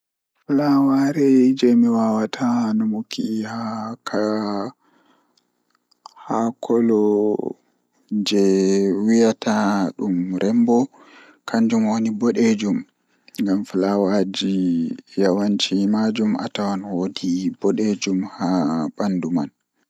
Ko puccuɗi ɓen waɗi e laawol naatnde ɓen: Jaabu o rose, ngalfata o marigold, njaawdi o sunflower, fuuji o lily of the valley, bawdi o bluebell, litte o iris, mbuttude o lavender.